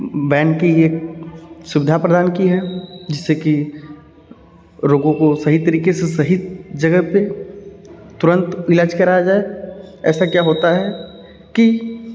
bank की ये सुविधा प्रदान की है जिससे की रोगों को सही तरीके से सही जगह पे तुरंत ईलाज कराया जाए ऐसा क्या होता है कि